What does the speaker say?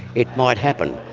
it might happen.